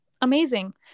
amazing